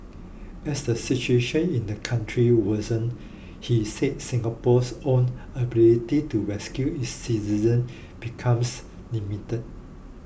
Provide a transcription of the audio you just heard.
as the situation in the country worsens he said Singapore's own ability to rescue its citizens becomes limited